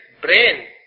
brain